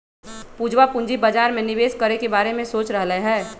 पूजवा पूंजी बाजार में निवेश करे के बारे में सोच रहले है